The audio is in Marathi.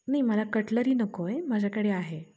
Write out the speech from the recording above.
नई मला कटलरी नकोय माझ्याकडे आहे